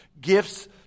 gifts